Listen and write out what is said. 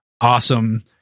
awesome